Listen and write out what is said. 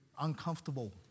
uncomfortable